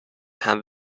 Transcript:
hand